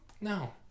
No